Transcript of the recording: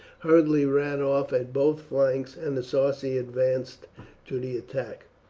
hurriedly ran off at both flanks and the sarci advanced to the attack.